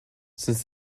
since